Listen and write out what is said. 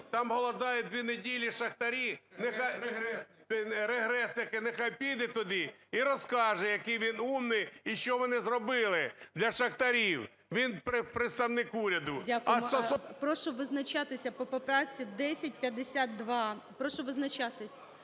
там голодають дві неділі шахтарі-регресники, нехай піде туди і розкаже, який він умний, і що вони зробили для шахтарів. Він представник уряду… ГОЛОВУЮЧИЙ. Дякую. Прошу визначатися по поправці 1052. Прошу визначатись.